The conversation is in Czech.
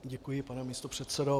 Děkuji, pane místopředsedo.